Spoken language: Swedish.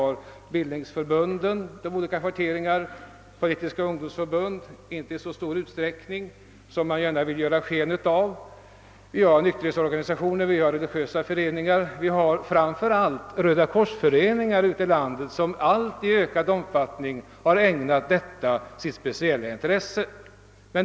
Det är framför allt bildningsförbund av olika schatteringar, politiska ungdomsförbund — om även inte i så stor utsträckning som man gärna vill ge sken av — nykterhetsorganisationer, religiösa samfund och rödakorsföreningar ute i landet som i allt mer ökad omfattning ägnat denna uppgift sitt speciella intresse.